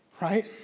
right